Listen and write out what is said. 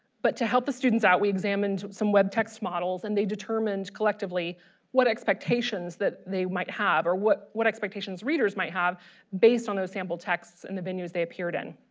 but to help the students out we examined some web text models and they determined collectively what expectations that they might have or what what expectations readers might have based on those sample texts and the venues they appeared in.